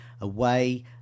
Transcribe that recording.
away